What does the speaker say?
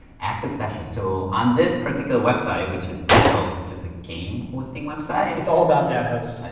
active sessions, so on this particular website, which is dat host, which is a game hosting website. it's all about dat host.